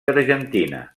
argentina